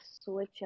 switch